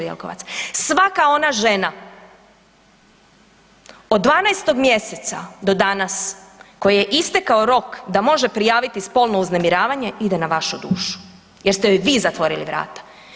Jelkovac, svaka ona žena od 12. mj. do danas kojoj je istekao rok da može prijaviti spolno uznemiravanje, ide na vašu dušu jer ste joj vi zatvorili vrata.